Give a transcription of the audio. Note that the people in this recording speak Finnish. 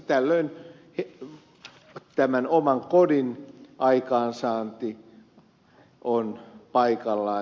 tällöin tämän oman kodin aikaansaanti on paikallaan